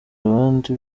abandi